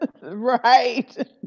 Right